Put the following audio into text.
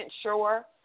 sure